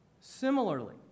Similarly